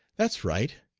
that's right!